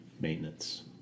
maintenance